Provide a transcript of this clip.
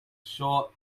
short